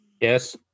Yes